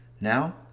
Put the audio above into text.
Now